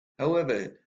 however